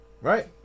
Right